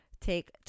take